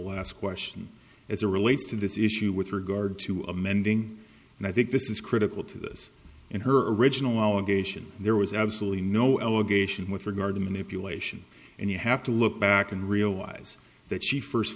last question as a relates to this issue with regard to amending and i think this is critical to this in her original allegation there was absolutely no allegation with regard to manipulation and you have to look back and realize that she first